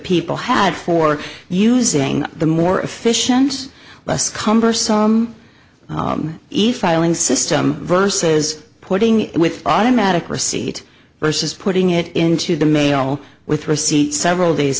people had for using the more efficient less cumbersome eve filing system versus putting it with automatic receipt versus putting it into the mail with receipt several days